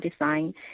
design